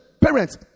Parents